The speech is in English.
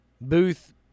Booth